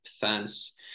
fans